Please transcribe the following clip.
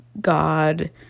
God